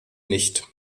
nicht